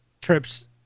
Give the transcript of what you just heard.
trips